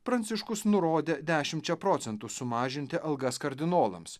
pranciškus nurodė dešimčia procentų sumažinti algas kardinolams